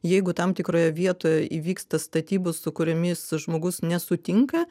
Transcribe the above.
jeigu tam tikroje vietoje įvyksta statybos su kuriomis žmogus nesutinka